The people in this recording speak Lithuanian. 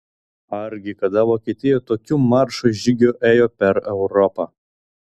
argi kada vokietija tokiu maršo žygiu ėjo per europą